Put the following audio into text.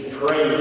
pray